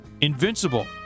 invincible